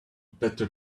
better